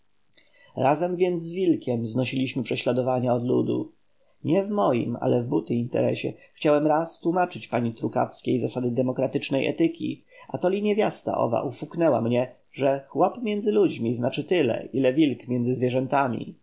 razem więc z wilkiem znosiliśmy prześladowania od ludu nie w moim ale w buty interesie chciałem raz tłómaczyć pani trukawskiej zasady demokratycznej etyki atoli niewiasta owa ofuknęła mnie że chłop między ludźmi znaczy tyle ile wilk między zwierzętami